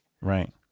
right